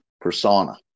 persona